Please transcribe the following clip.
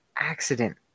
accident